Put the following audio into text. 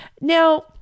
Now